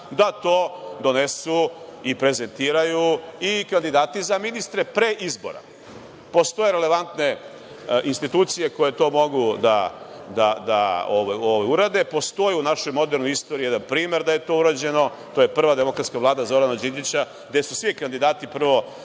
da to donesu i prezentiraju i kandidati za ministre pre izbora. Postoje relevantne institucije koje to mogu da urade. Postoji u našoj modernoj istoriji jedan primer da je to urađeno, to je prva demokratska Vlada Zorana Đinđića, gde su svi kandidati prvo